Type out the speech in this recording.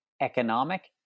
economic